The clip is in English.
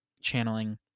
channeling